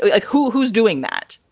like who who's doing that?